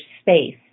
space